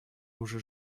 уже